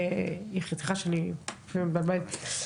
כי גם בתביעות הייתי,